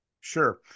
Sure